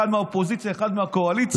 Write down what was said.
אחד מהאופוזיציה ואחד מהקואליציה,